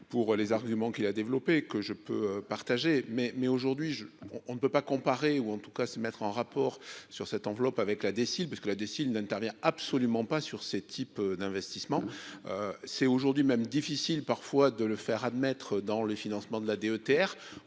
pour les arguments qu'il a développé, que je peux partager mais mais aujourd'hui je on on ne peut pas comparer ou en tout cas, se mettre en rapport sur cette enveloppe avec la décide, parce que la décide d'interdire absolument pas sur ces types d'investissement c'est aujourd'hui même difficiles parfois de le faire admettre dans le financement de la DETR,